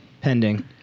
Pending